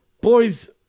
boys